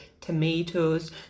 tomatoes